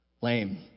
lame